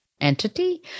entity